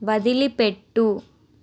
వదిలిపెట్టు